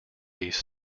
these